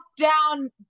Down